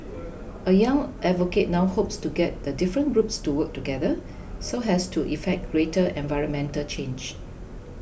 a young advocate now hopes to get the different groups to work together so has to effect greater environmental change